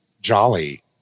jolly